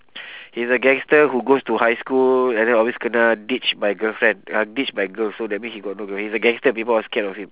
he's a gangster who goes to high school and then always kena ditch by girlfriend ya ditch by girls so that means he got no girlfriend he's a gangster people all scared of him